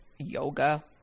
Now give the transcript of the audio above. Yoga